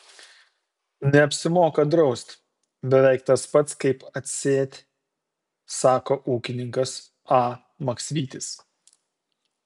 neapsimoka draust beveik tas pats kaip atsėt sako ūkininkas a maksvytis